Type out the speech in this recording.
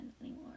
anymore